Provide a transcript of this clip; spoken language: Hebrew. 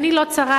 עיני לא צרה,